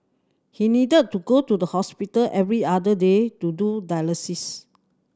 he needed to go to the hospital every other day to do dialysis